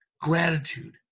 gratitude